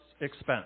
expense